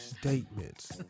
statements